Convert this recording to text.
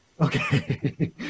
Okay